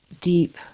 deep